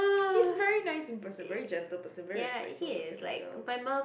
he's very nice in person very gentle person very respectful person himself